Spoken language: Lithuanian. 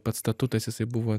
pats statutas jisai buvo